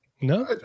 No